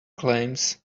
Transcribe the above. claims